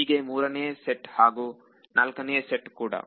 ಹೀಗೆ ಮೂರನೇ ಹಾಗೂ ನಾಲ್ಕನೆಯ ಸೆಟ್ ಕೂಡ